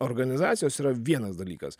organizacijos yra vienas dalykas